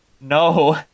No